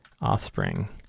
offspring